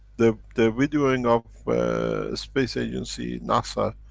the the videoing of space agency, nasa,